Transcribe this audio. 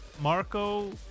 Marco